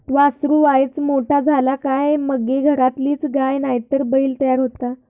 वासरू वायच मोठा झाला काय मगे घरातलीच गाय नायतर बैल तयार जाता